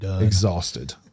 exhausted